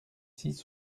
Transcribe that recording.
six